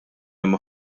hemm